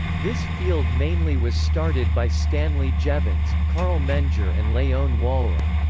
this field mainly was started by stanley jevons, carl menger and leon walras.